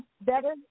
better